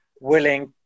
willing